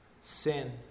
sin